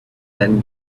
then